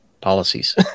policies